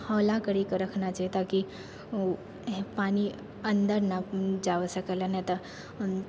हौला करिके रखना छै ताकि उ पानि अन्दर नहि जाबऽ सकल हइ नहि तऽ